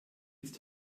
ist